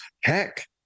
Heck